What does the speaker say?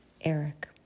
Eric